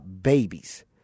babies